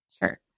Sure